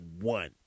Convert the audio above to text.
one